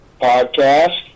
podcast